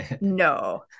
No